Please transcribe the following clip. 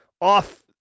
off